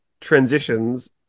transitions